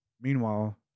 Meanwhile